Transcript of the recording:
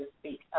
speak